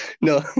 no